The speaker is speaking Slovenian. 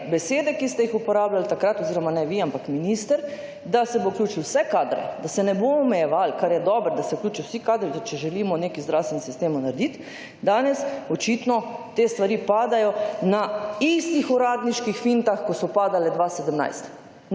besede, ki ste jih uporabljali takrat oziroma ne vi ampak minister, da se bo vključilo vse kadre, da se ne bo omejevalo, kar je dobro, da se vključijo vsi kadri, če želimo nek zdravstveni sistem narediti, danes očitno te stvari padajo na istih uradniških fintah kot so padale 2017,